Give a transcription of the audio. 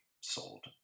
sold